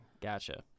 Gotcha